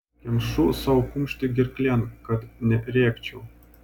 kemšu sau kumštį gerklėn kad nerėkčiau